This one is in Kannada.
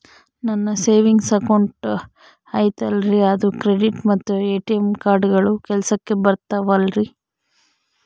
ನನ್ನ ಸೇವಿಂಗ್ಸ್ ಅಕೌಂಟ್ ಐತಲ್ರೇ ಅದು ಕ್ರೆಡಿಟ್ ಮತ್ತ ಎ.ಟಿ.ಎಂ ಕಾರ್ಡುಗಳು ಕೆಲಸಕ್ಕೆ ಬರುತ್ತಾವಲ್ರಿ?